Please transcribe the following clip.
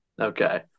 Okay